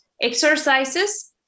exercises